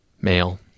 Male